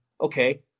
okay